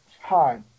Hi